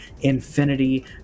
Infinity